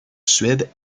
suède